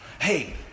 Hey